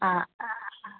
ആ അ അ